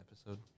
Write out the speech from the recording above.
episode